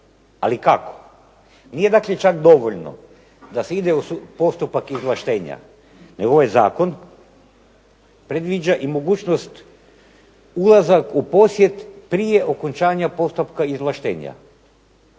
Ali kako. Nije dakle čak dovoljno da se ide u postupak izvlaštenja, nego ovaj zakon predviđa i mogućnost ulazak u posjet prije okončanja postupka izvlaštenja.